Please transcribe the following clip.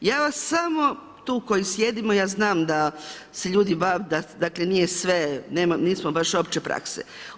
Ja vas samo, tu koji sjedimo, ja znam da se ljudi bave, da dakle nije sve, nismo baš opće prakse.